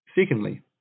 secondly